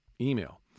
email